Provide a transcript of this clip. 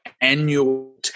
annual